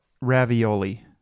ravioli